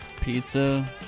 Pizza